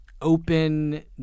open